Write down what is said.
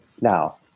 now